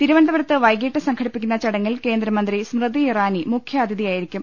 തിരുവനന്തപുരത്ത് വൈകിട്ട് സംഘടിപ്പി ക്കുന്ന ചടങ്ങിൽ കേന്ദ്രമന്ത്രി സ്മൃതി ഇറാനി മുഖ്യാതിഥിയായിരിക്കും